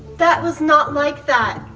that was not like that.